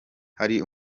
hari